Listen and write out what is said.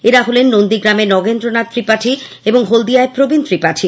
এরা হলেন নন্দীগ্রামে নগেন্দ্রনাথ ত্রিপাঠী এবং হলদিয়ায় প্রবীণ ত্রিপাঠী